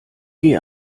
geh